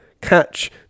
Catch